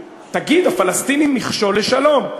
תגיד, תגיד: הפלסטינים מכשול לשלום.